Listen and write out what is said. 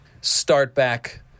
start-back